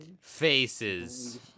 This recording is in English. faces